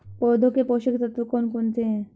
पौधों के पोषक तत्व कौन कौन से हैं?